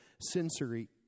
sensory